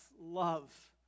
love